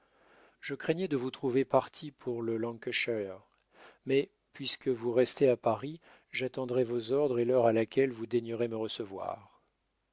je craignis de vous trouver partie pour le lancashire mais puisque vous restez à paris j'attendrai vos ordres et l'heure à laquelle vous daignerez me recevoir